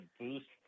boost